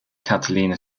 catalina